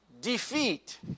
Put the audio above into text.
defeat